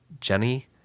Jenny